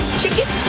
chicken